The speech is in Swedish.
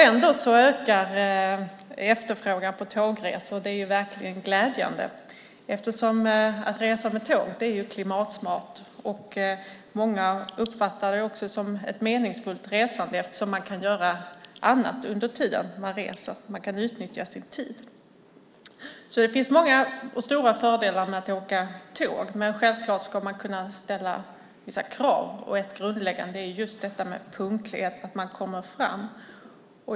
Ändå ökar efterfrågan på tågresor, och det är verkligen glädjande. Att resa med tåg är klimatsmart. Många uppfattar det också som ett meningsfullt resande eftersom man kan göra annat under tiden som man reser. Man kan utnyttja sin tid. Det finns många och stora fördelar med att åka tåg, men man ska självfallet kunna ställa vissa krav. Ett grundläggande krav är just detta med punktlighet och att man kommer fram.